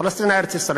פלשתינה ארץ-ישראל.